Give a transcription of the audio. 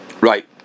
Right